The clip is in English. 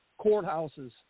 courthouses